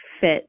fit